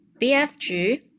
BFG